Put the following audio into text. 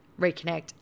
reconnect